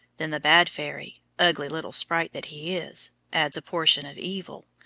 then the bad fairy, ugly little sprite that he is, adds a portion of evil,